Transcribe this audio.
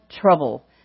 trouble